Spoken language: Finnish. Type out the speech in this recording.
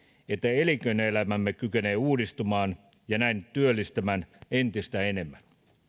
että elinkeinoelämämme kykenee uudistumaan ja näin työllistämään entistä enemmän